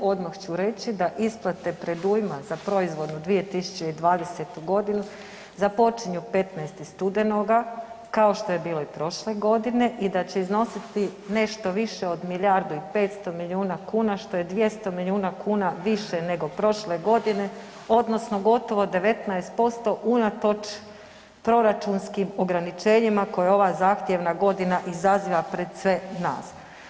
Odmah ću reći da isplate predujma za proizvodnu 2020. godinu započinju 15. studenoga kao što je bilo i prošle godine i da će iznositi nešto više od milijardu i 500 milijuna kuna, što je 200 milijuna kuna više nego prošle godine odnosno gotovo 19% unatoč proračunskim ograničenjima koje ova zahtjevna godina izaziva pred sve nas.